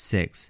Six